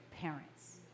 parents